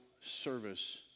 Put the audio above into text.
service